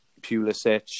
Pulisic